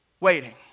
waiting